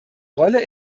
rolle